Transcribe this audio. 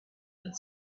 had